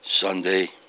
Sunday